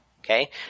Okay